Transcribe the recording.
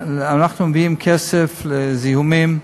אנחנו מביאים כסף לזיהומים,